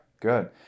good